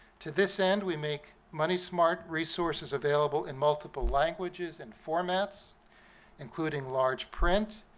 to this end we make money smart resources available in multiple languages and format including large print,